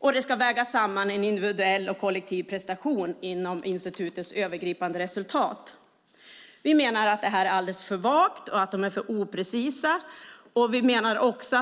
Allt ska vägas samman i en individuell och kollektiv prestation inom institutets övergripande resultat. Vi menar att detta är alltför vagt och oprecist.